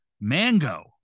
mango